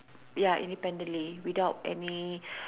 ya independently without any